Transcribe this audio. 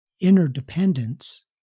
interdependence